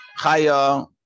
Chaya